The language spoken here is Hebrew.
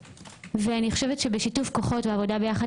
אני חושבת שבשיתוף כוחות ועבודה ביחד